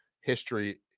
history